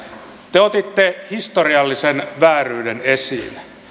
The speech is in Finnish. te otitte historiallisen vääryyden esiin